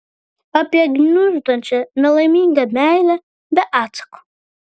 apie gniuždančią nelaimingą meilę be atsako